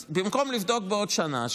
אז במקום לבדוק בעוד שנה,